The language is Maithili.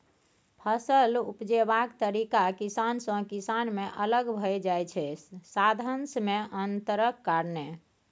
फसल उपजेबाक तरीका किसान सँ किसान मे अलग भए जाइ छै साधंश मे अंतरक कारणेँ